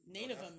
Native